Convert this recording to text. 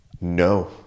No